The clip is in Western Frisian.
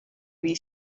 wie